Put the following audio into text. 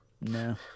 No